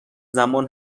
زمان